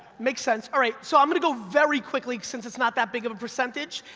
makes sense. alright, so i'm gonna go very quickly, since it's not that big of a percentage,